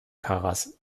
karas